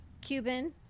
Cuban